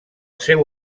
seu